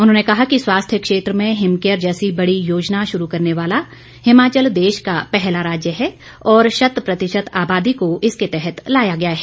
उन्होंने कहा कि स्वास्थ्य क्षेत्र में हिमकेयर जैसी बड़ी योजना शुरू करने वाला हिमाचल देश का पहला राज्य है और शतप्रतिशत आबादी को इसके तहत लाया गया है